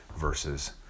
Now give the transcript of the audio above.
versus